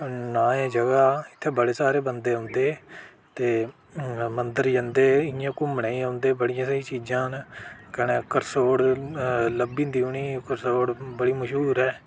नां ऐ जगहा इत्थै बड़े सारे बंदे औंदे ते मंदर जंदे इ'यां घुम्मने ई औंदे बड़े सारे चीज़ां न कन्नै कसरोड़ लब्भी जंदा उ'नें ई कसरोड़ बड़ी मश्हूर ऐ